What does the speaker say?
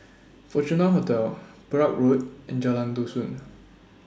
Fortuna Hotel Perak Road and Jalan Dusun